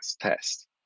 test